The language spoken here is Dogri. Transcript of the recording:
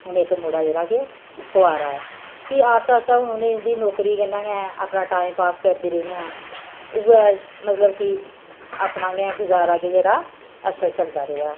हून इक मुड़ा जेह्ड़ा के कुआरा ऐ फ्ही आस्ता आस्ता हून उंदी नौकरी कन्नै गै अपना टाइम पास करदी रेहियां उ'ऐ मतलब कि अपना गै गुजारा के जेह्ड़ा अच्छा चलदा रेहा